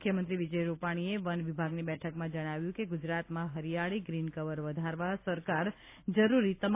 મુખ્યમંત્રી વિજય રૂપાણીએ વન વિભાગની બેઠકમાં જણાવ્યું કે ગુજરાતમાં હરીયાળી ગ્રીનકવર વધારવા સરકાર જરૂરી તમામ પગલા ભરશે